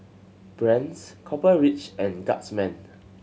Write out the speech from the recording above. Brand's Copper Ridge and Guardsman